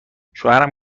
شوهرم